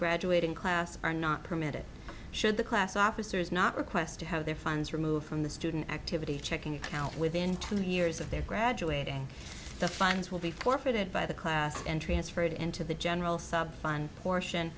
graduating class are not permitted should the class officers not request to have their funds removed from the student activity checking account within two years of their graduating the funds will be forfeited by the class and transferred into the general